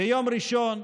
ביום ראשון,